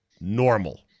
normal